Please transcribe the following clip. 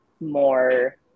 more